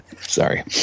Sorry